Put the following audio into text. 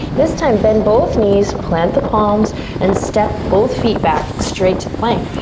this time bend both knees, plant the palms and step both feet back straight to plank.